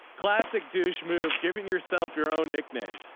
classic douche move giving yourself your own nickname.